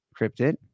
cryptid